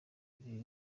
ibi